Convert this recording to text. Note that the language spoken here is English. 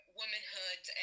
womanhood